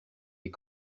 les